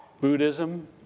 Buddhism